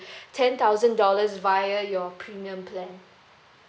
ten thousand dollars via your premium plan